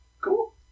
Cool